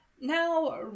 now